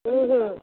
ହୁଁ ହୁଁ